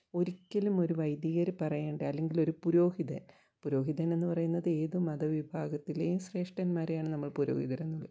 ഒരിക്കലും ഒരു വൈദികർ പറയേണ്ട അല്ലെങ്കിൽ ഒരു പുരോഹിതൻ പുരോഹിതനെന്ന് പറയുന്നത് ഏത് മത വിഭാഗത്തിലേയും ശ്രേഷ്ഠൻമാരെയാണ് നമ്മൾ പുരോഹിതരെന്ന് വിളി